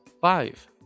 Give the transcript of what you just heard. Five